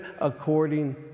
according